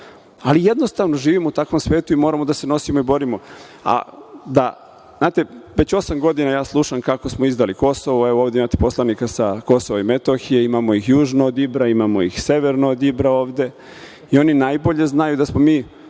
Ali, jednostavno živimo u takvom svetu i moramo da se nosimo i borimo. Znate, već osam godina ja slušam kako smo izdali Kosovo. Evo, ovde imate poslanika sa Kosova i Metohije, imamo ih južno od Ibra, imamo ih severno od Ibra ovde i oni najbolje znaju da smo mi